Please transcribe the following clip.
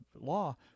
law